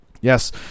Yes